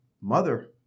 mother